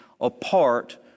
apart